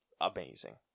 Amazing